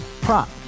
Prop